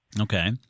Okay